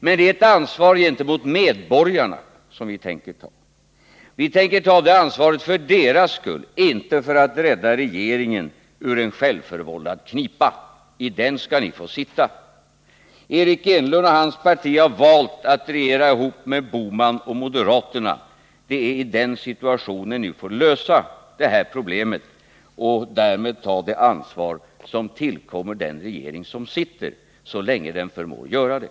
Men det är ett ansvar gentemot medborgarna som vi tänker ta. Vi tänker ta det ansvaret för deras skull och inte för att rädda regeringen ur en självförvållad knipa. I den skall ni få sitta. Eric Enlund och hans parti har valt att regera ihop med Bohman och moderaterna. Det är i den situationen ni får lösa det här problemet och därmed ta det ansvar som tillkommer den regering som sitter — så länge den förmår göra det.